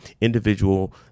individual